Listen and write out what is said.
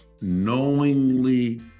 knowingly